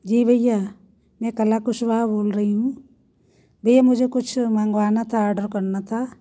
जी भैया मैं कला कुशवाहा बोल रही हूँ भैया मुझे कुछ मँगवाना था आर्डर करना था